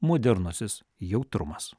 modernusis jautrumas